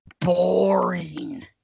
boring